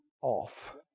off